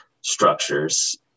structures